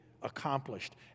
accomplished